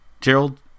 Gerald